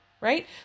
right